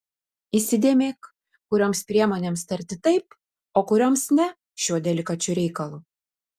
įsidėmėk kurioms priemonėms tarti taip o kurioms ne šiuo delikačiu reikalu